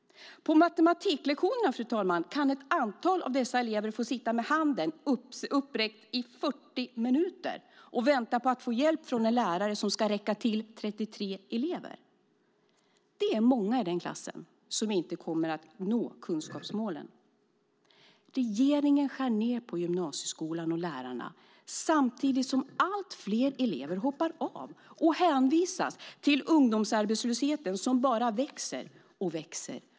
På matematiklektionerna, fru talman, kan ett antal elever sitta med handen uppräckt i 40 minuter och vänta på att få hjälp från en lärare som ska räcka till för 33 elever. Det är många i den klassen som inte kommer att nå kunskapsmålen. Regeringen skär ned på gymnasieskolan och lärarna samtidigt som allt fler elever hoppar av och hänvisas till en ungdomsarbetslöshet som bara växer och växer.